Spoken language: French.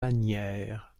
manières